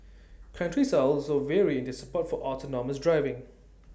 countries are also vary in their support for autonomous driving